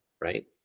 Right